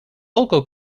local